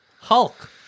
Hulk